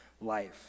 life